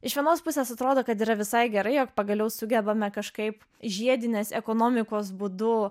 iš vienos pusės atrodo kad yra visai gerai jog pagaliau sugebame kažkaip žiedinės ekonomikos būdu